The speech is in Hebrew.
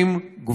צריך לשים גבול.